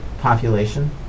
population